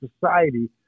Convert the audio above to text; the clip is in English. society